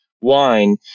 wine